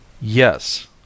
Yes